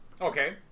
Okay